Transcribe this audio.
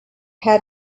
had